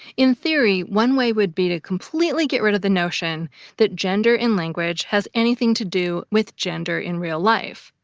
in theory, one way would be to completely get rid of the notion that gender in language has anything to do with gender in real life.